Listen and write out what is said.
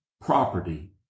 property